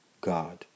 God